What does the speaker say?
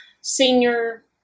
senior